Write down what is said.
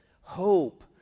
hope